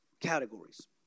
Categories